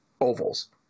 ovals